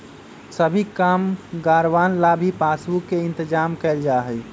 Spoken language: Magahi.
सभी कामगारवन ला भी पासबुक के इन्तेजाम कइल जा हई